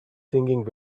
singing